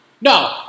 No